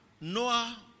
Noah